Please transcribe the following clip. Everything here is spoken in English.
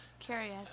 curious